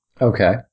Okay